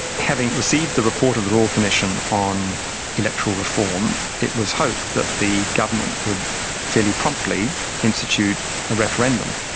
having received the report of the royal commission on electoral reform, it was hoped that the government would fairly promptly institute a referendum.